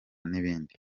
n’ibindi